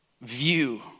view